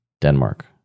Denmark